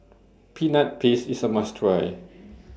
Peanut Paste IS A must Try